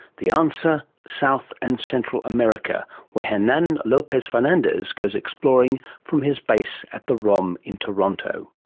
the answer south and central america, where hernan lopez-fernandez goes exploring from his base at the rom in toronto.